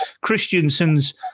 Christiansen's